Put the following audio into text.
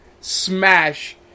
smash